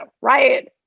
right